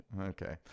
Okay